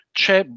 c'è